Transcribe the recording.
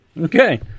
Okay